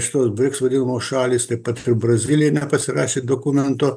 šitos briks vadinamos šalys taip pat ir brazilija nepasirašė dokumento